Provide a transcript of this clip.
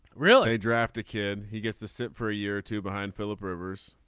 really a draft a kid. he gets to sit for a year or two behind philip rivers.